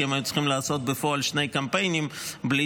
כי הם היו צריכים לעשות בפועל שני קמפיינים בלי